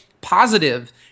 positive